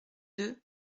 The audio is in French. deux